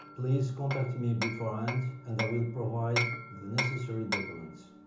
please contact me beforehand and i will provide the necessary documents.